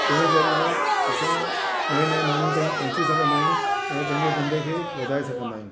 जे ज़रिए असां नए नए माण्हुनि ताईं पहुची सघंदा आहियूं ऐं पंहिंजे धंदे खे वधाए सघंदा आहियूं